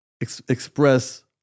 express